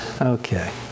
Okay